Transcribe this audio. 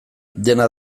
dena